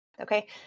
okay